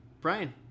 Brian